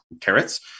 carrots